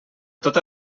tota